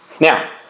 Now